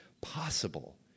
possible